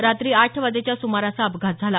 रात्री आठ वाजेच्या सुमारास हा अपघात झाला